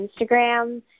Instagram